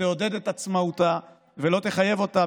תעודד את עצמאותה ולא תחייב אותה,